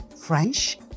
French